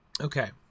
Okay